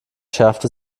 schärfte